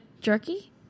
jerky